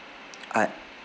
I